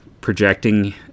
Projecting